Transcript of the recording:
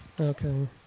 Okay